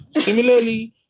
Similarly